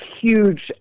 huge